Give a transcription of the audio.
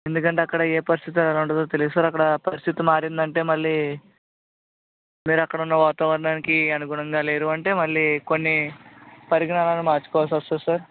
ఎందుకంటే అక్కడ ఏ పరిస్థితి ఎలా ఉంటుందో తెలియదు సార్ అక్కడ పరిస్థితి మారిందంటే మళ్ళీ మీరు అక్కడున్న వాతావరణానికి అనుగుణంగా లేరు అంటే మళ్ళీ కొన్ని పరిజ్ఞానాన్ని మార్చుకోవాల్సి వస్తుంది సార్